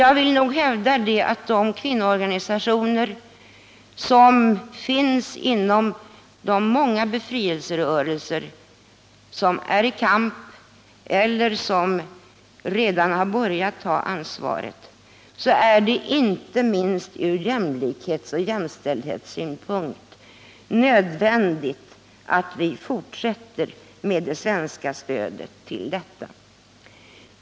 Jag vill också hävda att det, inte minst ur jämlikhetsoch jämställdhetssynpunkt, är nödvändigt att fortsätta det svenska stödet till de kvinnoorganisationer som finns inom de många befrielserörelser som är i kamp eller som redan har börjat ta över ansvaret.